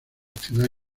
ciudad